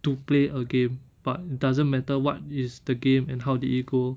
to play a game but doesn't matter what is the game and how did it go